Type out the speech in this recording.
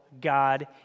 God